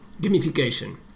gamification